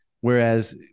whereas